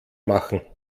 machen